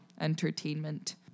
entertainment